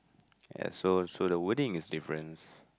ya so so the wording is difference